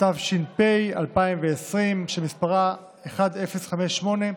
התש"ף 2020, שמספרה 1058,